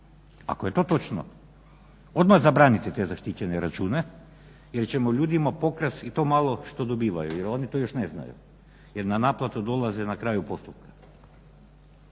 Ako je to točno odmah zabraniti te zaštićene račune, jer ćemo ljudima pokrast i to malo što dobivaju, jer oni to još ne znaju, jer na naplatu dolaze na kraju postupka.